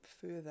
further